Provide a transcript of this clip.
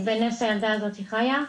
בנס הילדה הזאת חיה.